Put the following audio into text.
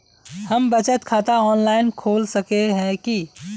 हम बचत खाता ऑनलाइन खोल सके है की?